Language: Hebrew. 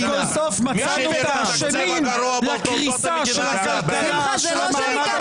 מי שהביא למצב הגרוע בתולדות המדינה זה אתם.